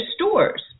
stores